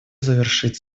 завершить